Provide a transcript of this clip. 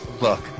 Look